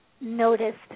noticed